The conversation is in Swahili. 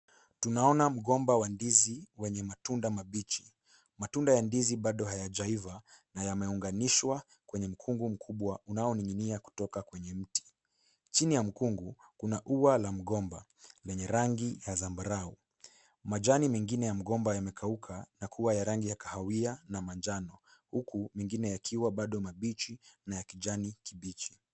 Tunaona mgomba wa ndizi wenye matunda mabichi. Matunda ya ndizi bado hayajaiva, na yameunganishwa kwenye mkungu mkubwa unaoning'inia kutoka kwenye mti .Chini ya mkungu, kuna ua la mgomba, lenye rangi ya zambarau. Majani mengine ya mgomba yamekauka, na kuwa ya rangi ya kahawia na manjano, huku mengine yakiwa bado mabichi na ya kijana kibichi.